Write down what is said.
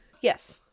Yes